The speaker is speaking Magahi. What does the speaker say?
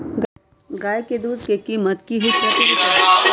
गाय के दूध के कीमत की हई प्रति लिटर?